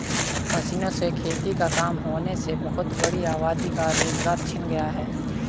मशीनों से खेती का काम होने से बहुत बड़ी आबादी का रोजगार छिन गया है